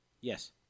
Yes